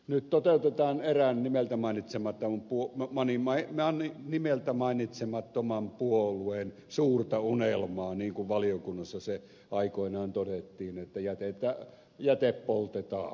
nyt sitten toteutetaan erään nimeltä mainitsematon puu vanimoi janne nimeltä mainitsemattoman puolueen suurta unelmaa niin kuin valiokunnassa se aikoinaan todettiin että jäte poltetaan